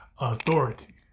authority